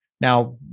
now